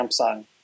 Samsung